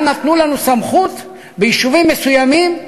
גם נתנו לנו סמכות ביישובים מסוימים: